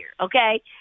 okay